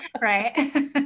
Right